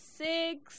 six